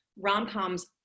rom-coms